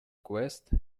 quest